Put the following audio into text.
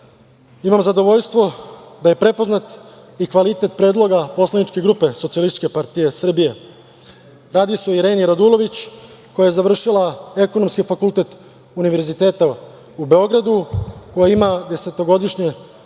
imam zadovoljstvo da je prepoznat i kvalitet predloga poslaničke grupe SPS. Radi se o Ireni Radulović koja je završila Ekonomski fakultet Univerziteta u Beogradu, koja ima 10-godišnje